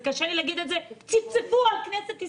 קשה לי להגיד את זה צפצפו על הכנסת.